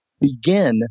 begin